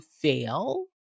fail